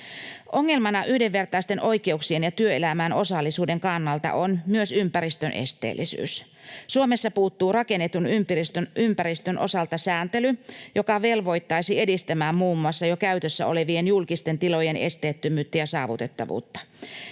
Ongelmana yhdenvertaisten oikeuksien ja työelämään osallisuuden kannalta on myös ympäristön esteellisyys. Suomessa puuttuu rakennetun ympäristön osalta sääntely, joka velvoittaisi edistämään muun muassa jo käytössä olevien julkisten tilojen esteettömyyttä ja saavutettavuutta.